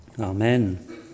amen